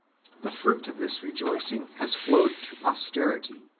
the fruit of this rejoicing has flowed to posterity,